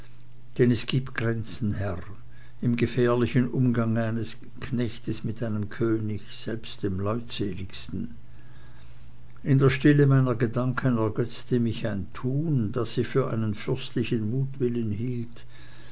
denn es gibt grenzen herr im gefährlichen umgange eines knechtes mit einem könig selbst dem leutseligsten in der stille meiner gedanken ergötzte mich ein tun das ich für einen fürstlichen mutwillen hielt